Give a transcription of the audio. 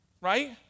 Right